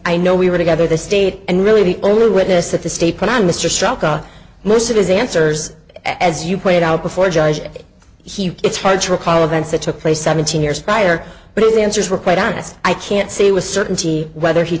i know we were together the state and really the only witness that the state put on mr struck off most of his answers as you pointed out before judge he it's hard to recall events that took place seventeen years prior but in the answers were quite honest i can't say with certainty whether he